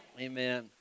Amen